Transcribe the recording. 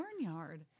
barnyard